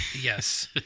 yes